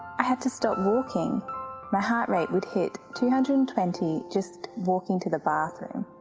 i had to stop walking my heart rate would hit two hundred and twenty just walking to the bathroom.